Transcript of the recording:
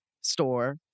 store